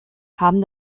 haben